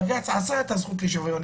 בג"ץ עשה זכות לשוויון,